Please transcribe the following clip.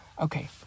okay